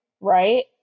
Right